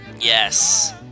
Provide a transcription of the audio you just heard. yes